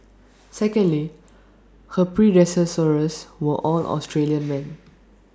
secondly her predecessors were all Australian men